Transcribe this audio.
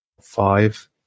five